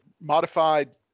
modified